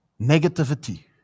Negativity